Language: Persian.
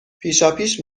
پیشاپیش